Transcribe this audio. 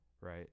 right